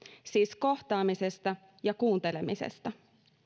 siis kohtaamisesta ja kuuntelemisesta